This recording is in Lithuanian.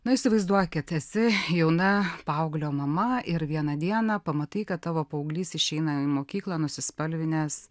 na įsivaizduokit esi jauna paauglio mama ir vieną dieną pamatai kad tavo paauglys išeina į mokyklą nusispalvinęs